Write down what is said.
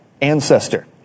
ancestor